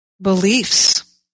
beliefs